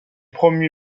promu